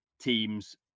teams